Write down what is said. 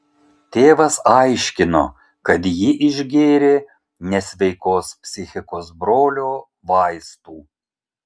tėvas aiškino kad ji išgėrė nesveikos psichikos brolio vaistų